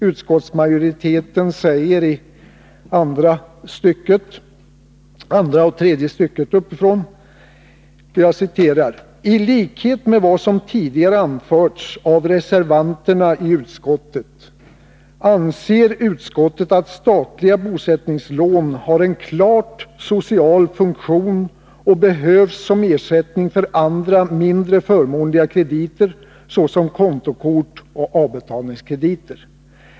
Utskottsmajoriteten skriver i andra och tredje styckena på s. 12: ”Tlikhet med vad som tidigare anförts av reservanterna i utskottet anser utskottet att statliga bosättningslån har en klart social funktion och behövs som ersättning för andra mindre förmånliga krediter, såsom kontokort och avbetalningskrediter.